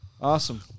Awesome